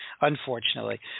unfortunately